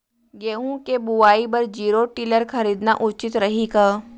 गेहूँ के बुवाई बर जीरो टिलर खरीदना उचित रही का?